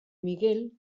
miguel